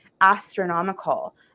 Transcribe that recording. astronomical